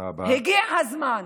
הגיע הזמן